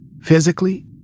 physically